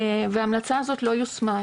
וההמלצה הזאת לא יושמה.